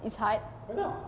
is hard